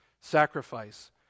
Sacrifice